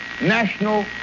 National